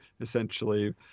essentially